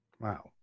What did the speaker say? Wow